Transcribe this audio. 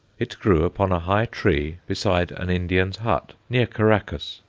it grew upon a high tree beside an indian's hut, near caraccas,